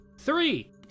Three